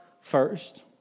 first